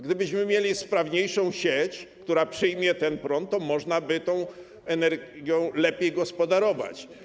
Gdybyśmy mieli sprawniejszą sieć, która przyjmie ten prąd, to można by tą energią lepiej gospodarować.